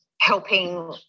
helping